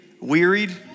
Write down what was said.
wearied